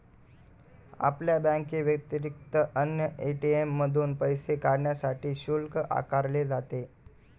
आपल्या बँकेव्यतिरिक्त अन्य ए.टी.एम मधून पैसे काढण्यासाठी शुल्क आकारले जाते